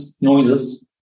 noises